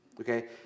okay